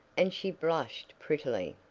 and she blushed prettily.